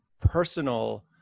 personal